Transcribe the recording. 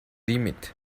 limit